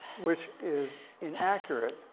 which is inaccurate,